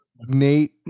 nate